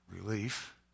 relief